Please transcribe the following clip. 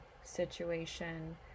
situation